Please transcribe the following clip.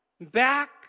Back